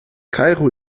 kairo